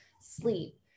sleep